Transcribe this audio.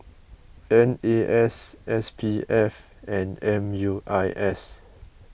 N A S S P F and M U I S